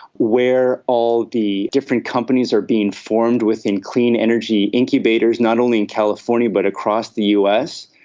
where all the different companies are being formed within clean energy incubators, not only in california but across the us,